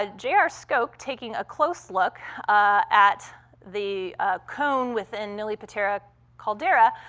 ah j r. skok, taking a close look at the cone within nili patera caldera,